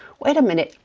wait a minute,